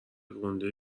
گُنده